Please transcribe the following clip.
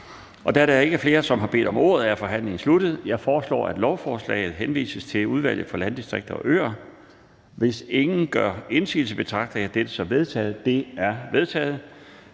Da der ikke er flere, som har bedt om ordet, er forhandlingen sluttet. Jeg foreslår, at lovforslaget henvises til Udvalget for Landdistrikter og Øer. Hvis ingen gør indsigelse, betragter jeg dette som vedtaget. Det er vedtaget.